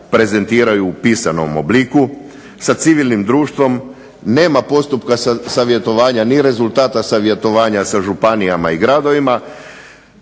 prezentiraju u pisanom obliku, sa civilnim društvom, nema postupka savjetovanja ni rezultata savjetovanja sa županijama i gradovima,